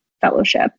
fellowship